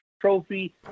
trophy